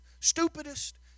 stupidest